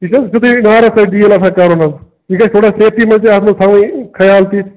یہ چھُ نہ حظ نارَس سۭتۍ ڈیٖل آسان کَرُن حظ یہ گَژھِ تھوڑآ سیفٹی مَنٛزے تھاوُن خیال حظ